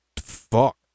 Fuck